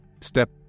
step